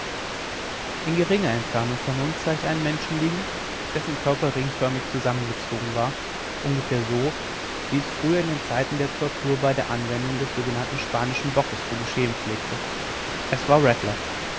in geringer entfernung von uns sah ich einen menschen liegen dessen körper ringförmig zusammengezogen war ungefähr so wie es früher in den zeiten der tortur bei der anwendung des sogenannten spanischen bockes zu geschehen pflegte es war rattler